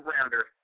rounder